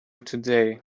today